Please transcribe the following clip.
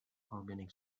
organic